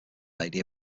lady